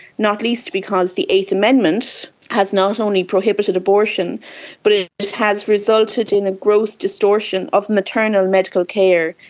not least because the eighth amendment has not only prohibited abortion but it has resulted in a gross distortion of maternal medical care,